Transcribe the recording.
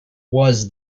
was